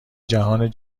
جهان